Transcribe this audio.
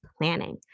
planning